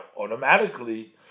automatically